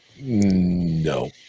No